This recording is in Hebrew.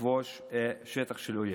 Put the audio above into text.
לכבוש שטח של אויב.